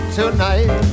tonight